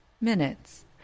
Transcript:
minutes